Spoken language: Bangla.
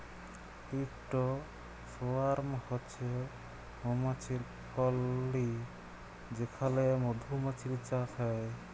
ইকট সোয়ার্ম হছে মমাছির কললি যেখালে মধুমাছির চাষ হ্যয়